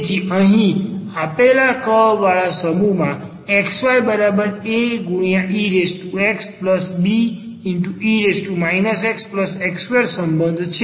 તેથી અહીં આપેલા કર્વવાળા સમૂહમાં xy aex be x x2 સંબંધ છે